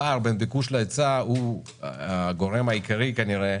הפער בין ביקוש להיצע הוא הגורם העיקרי כנראה